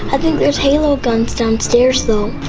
i think there's halo guns downstairs, though.